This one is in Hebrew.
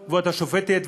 כבוד השוטפת נאור,